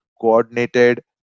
coordinated